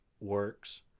works